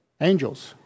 Angels